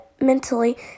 mentally